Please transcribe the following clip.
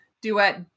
duet